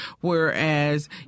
whereas